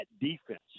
defense